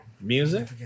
Music